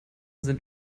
sind